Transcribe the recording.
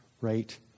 right